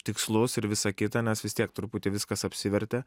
tikslus ir visa kita nes vis tiek truputį viskas apsivertė